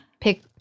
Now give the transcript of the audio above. Pick